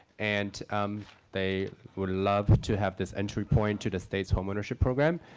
and they would love to have this entry point to the state's home ownership program.